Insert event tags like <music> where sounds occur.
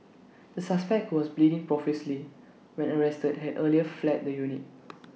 the suspect who was bleeding profusely when arrested had earlier fled the unit <noise>